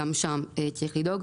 גם לו צריך לדאוג.